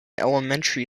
elementary